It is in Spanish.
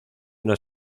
una